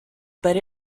but